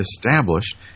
established